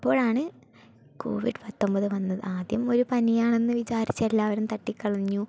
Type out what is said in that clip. അപ്പോഴാണ് കോവിഡ് പത്തൊമ്പത് വന്നത് ആദ്യം ഒരു പനിയാണെന്ന് വിചാരിച്ച് എല്ലാവരും തട്ടികളഞ്ഞു